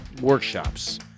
workshops